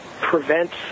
prevents